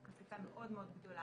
זו חשיפה מאוד מאוד גדולה